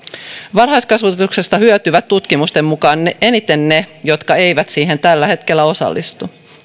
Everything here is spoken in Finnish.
varhaiskasvatuksesta hyötyisivät tutkimusten mukaan eniten ne jotka eivät siihen tällä hetkellä osallistu